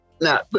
Now